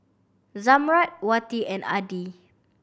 Zamrud Wati and Adi